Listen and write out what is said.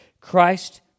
Christ